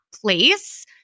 place